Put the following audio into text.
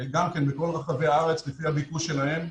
גם כן בכל רחבי הארץ לפי הביקוש שלהם.